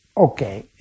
okay